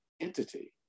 entity